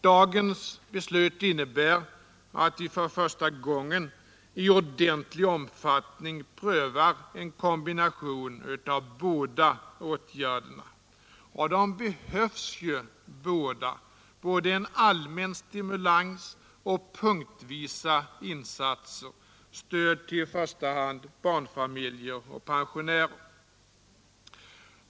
Dagens beslut innebär att vi för första gången i ordentlig omfattning prövar en kombination av båda åtgärderna. Och det behövs ju både en allmän stimulans och punktvisa insatser, i första hand då stöd till barnfamiljer och pensionärer.